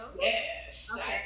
Yes